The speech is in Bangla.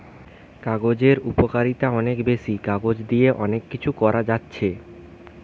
কাগজের উপকারিতা অনেক বেশি, কাগজ দিয়ে অনেক কিছু করা যাচ্ছে